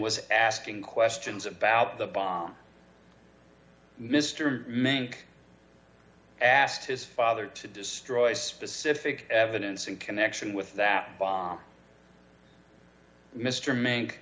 was asking questions about the bomb mr menke asked his father to destroy d specific evidence in connection with that bomb mr ma